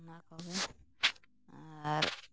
ᱟᱨ